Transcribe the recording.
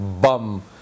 bum